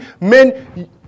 men